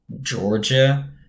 Georgia